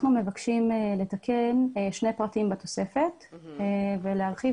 אנחנו מבקשים לתקן שני פרטים בתוספת ולהרחיב